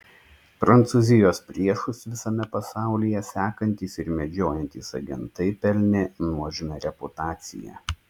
prancūzijos priešus visame pasaulyje sekantys ir medžiojantys agentai pelnė nuožmią reputaciją